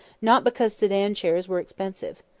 not because sedan-chairs were expensive.